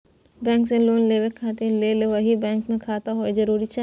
Bank से loan लेबै के लेल वही बैंक मे खाता होय जरुरी छै?